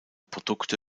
produkte